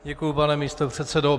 Děkuji, pane místopředsedo.